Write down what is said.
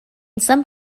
some